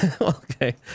okay